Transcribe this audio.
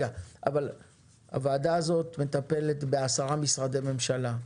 הוועדה הזאת מטפלת בעשרה משרדי ממשלה,